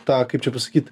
tą kaip čia pasakyt